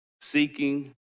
seeking